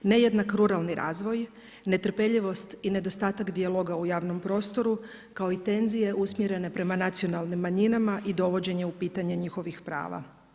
Nejednak ruralni razvoj, netrpeljivost i nedostatak dijaloga u javnom prostoru kao i tenzije usmjerene prema nacionalnim manjinama i dovođenje u pitanje njihovih prava.